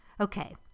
Okay